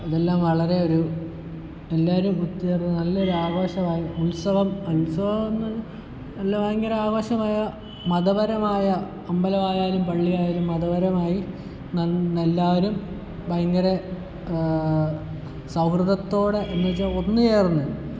ഇതെല്ലം വളരെ ഒരു എല്ലാവരും ഒത്തു ചേർന്ന് നല്ലൊരു ആഘോഷമായി ഉത്സവം ഉത്സവങ്ങൾ നല്ല ഭയങ്കര ആഘോഷമായ മതപരമായ അമ്പലമായാലും പള്ളിയായാലും മതപരമായി നന്ന് എല്ലാവരും ഭയങ്കര സൗഹൃദത്തോടെ ഒന്ന് ചേർന്ന്